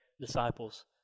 disciples